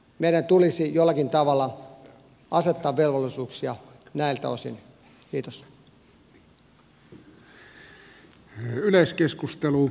meidän tulisi jollakin tavalla asettaa velvollisuuksia näiltä osin